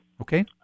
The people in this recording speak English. Okay